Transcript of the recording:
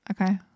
Okay